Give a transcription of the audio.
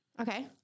Okay